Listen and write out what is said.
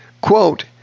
quote